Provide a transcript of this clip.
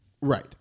Right